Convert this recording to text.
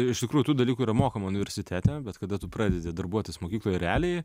iš tikrųjų tų dalykų yra mokoma universitete bet kada tu pradedi darbuotis mokykloje realiai